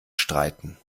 streiten